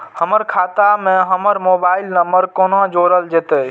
हमर खाता मे हमर मोबाइल नम्बर कोना जोरल जेतै?